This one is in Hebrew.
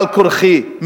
בעל כורחי,